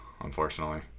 unfortunately